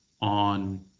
on